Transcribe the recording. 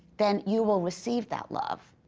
then you will receive that love.